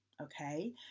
okay